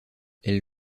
elle